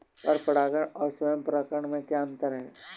पर परागण और स्वयं परागण में क्या अंतर है?